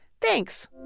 Thanks